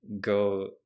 go